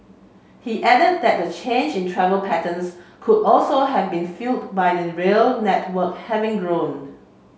he added that the change in travel patterns could also have been fuelled by the rail network having grown